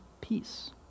Peace